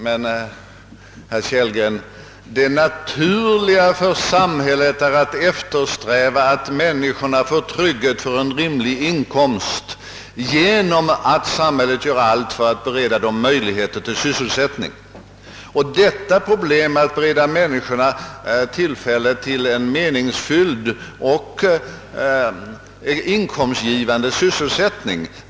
Men, herr Kellgren, det naturliga för samhället är att eftersträva att människorna får trygghet för en rimlig inkomst genom att samhället först och främst gör allt för att bereda dem möjligheter till lönande sysselsättning. Alla folkgrupper bör beredas så goda tillfällen som möjligt till en meningsfylld och inkomstgivande sysselsättning.